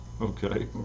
okay